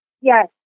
Yes